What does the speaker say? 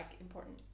important